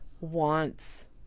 wants